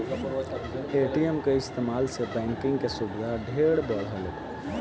ATM के इस्तमाल से बैंकिंग के सुविधा ढेरे बढ़ल बा